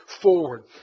forward